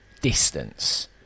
distance